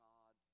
God